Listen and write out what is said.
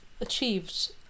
achieved